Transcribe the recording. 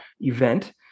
event